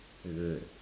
is it